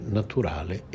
naturale